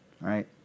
right